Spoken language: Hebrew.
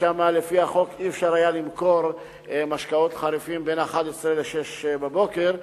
ולפי החוק לא היה אפשר למכור שם משקאות חריפים בין 23:00 ל-06:00,